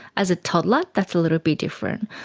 as a toddler that's a little bit different.